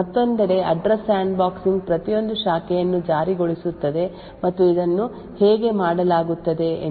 ಮತ್ತೊಂದೆಡೆ address sandboxing ಪ್ರತಿಯೊಂದು ಶಾಖೆಯನ್ನು ಜಾರಿಗೊಳಿಸುತ್ತದೆ ಮತ್ತು ಇದನ್ನು ಹೇಗೆ ಮಾಡಲಾಗುತ್ತದೆ ಎಂದು ನೋಡೋಣ